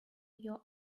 your